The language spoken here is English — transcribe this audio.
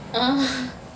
err